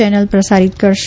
channel પ્રસારીત કરાશે